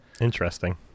Interesting